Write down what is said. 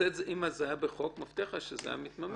אם זה היה בחוק, אני מבטיח לך שזה היה מתממש.